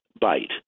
bite